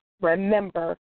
remember